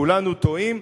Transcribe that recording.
כולנו טועים,